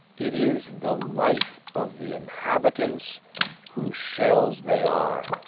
it is the life of the inhabitants whose shells they are,